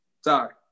Sorry